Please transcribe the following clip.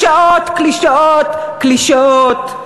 קלישאות, קלישאות, קלישאות.